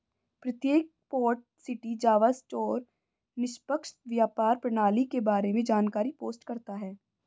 प्रत्येक port city Java store निष्पक्ष व्यापार प्रणाली के बारे में जानकारी पोस्ट करता है